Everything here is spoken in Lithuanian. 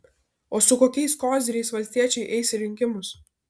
o su kokiais koziriais valstiečiai eis į rinkimus